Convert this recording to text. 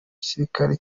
gisirikare